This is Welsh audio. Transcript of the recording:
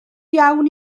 iawn